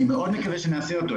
אני מאוד מקווה שנעשה אותו.